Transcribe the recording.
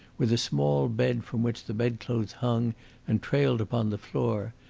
with a small bed from which the bedclothes hung and trailed upon the floor,